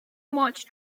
much